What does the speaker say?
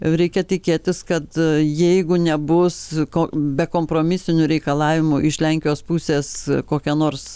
reikia tikėtis kad jeigu nebus ko bekompromisinių reikalavimų iš lenkijos pusės kokią nors